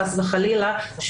חס וחלילה,